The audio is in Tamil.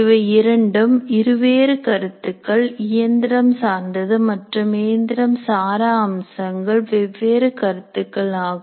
இவை இரண்டும் இருவேறு கருத்துகள் இயந்திரம் சார்ந்தது மற்றும் இயந்திரம் சாரா அம்சங்கள் வெவ்வேறு கருத்துக்கள் ஆகும்